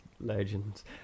legends